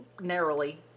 narrowly